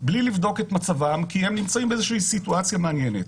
בלי לבדוק את מצבם כי הם נמצאים באיזושהי סיטואציה מעניינת.